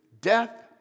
death